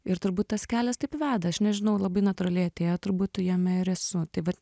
ir turbūt tas kelias taip veda aš nežinau labai natūraliai atėjo turbūt jame ir esu tai va